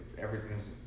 everything's